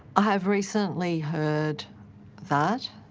i have recently heard that.